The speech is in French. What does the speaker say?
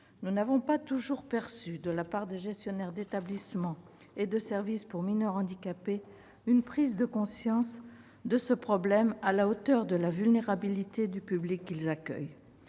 Nous n'avons pas toujours perçu de la part des gestionnaires d'établissements et de services pour mineurs handicapés une prise de conscience de ce problème à la hauteur de la vulnérabilité du public qu'ils accueillent.